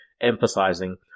emphasizing